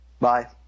Bye